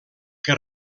que